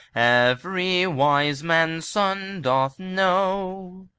every wise man's son doth know.